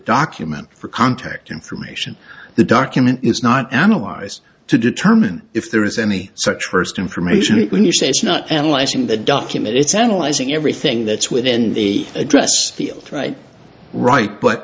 document for contact information the document is not analyzed to determine if there is any such first information when you say it's not analyzing the document it's analyzing everything that's within the address field right right but